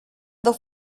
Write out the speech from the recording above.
dos